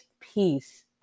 peace